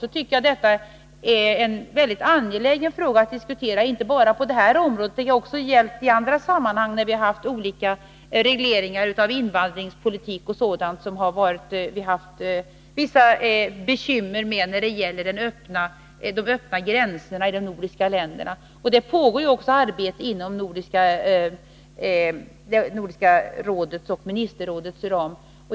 Jag tycker att det är en väldigt angelägen fråga att diskutera, inte bara på detta område, utan också i andra sammanhang, såsom när vi haft olika regleringar av invandringspolitiken och sådant, där vi haft vissa bekymmer med de öppna gränserna i de nordiska länderna. Det pågår också arbete inom Nordiska rådets och ministerrådets ram.